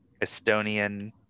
Estonian